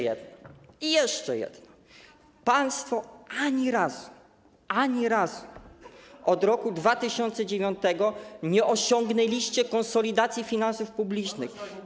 I jeszcze jedno: państwo ani razu - ani razu - od roku 2009 nie osiągnęliście konsolidacji finansów publicznych.